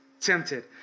tempted